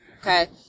Okay